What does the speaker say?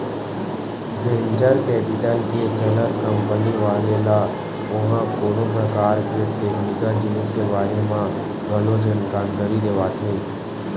venture capital के चलत company वाले ल ओहा कोनो परकार के टेक्निकल जिनिस के बारे म घलो जानकारी देवाथे